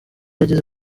yagize